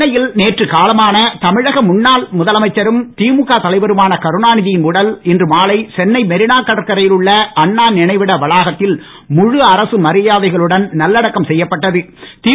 சென்னையில் நேற்று காலமான தமிழக முன்னாள் முதலமைச்சரும் திமுக தலைவருமான கருணாநிதியின் உடல் இன்று மாலை சென்னை மெரினா கடற்கரையில் அண்ணா சமாதிக்கு பின்புறம் முழு அரசு மரியாதைகளுடன் நல்லடக்கம் செய்யப்படுகிறது